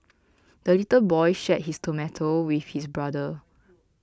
the little boy shared his tomato with his brother